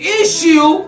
issue